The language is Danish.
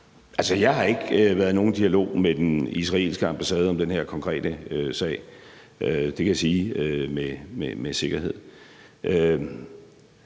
Jeg har ikke været i nogen dialog med den israelske ambassade om den her konkrete sag. Det kan jeg sige med sikkerhed. Vi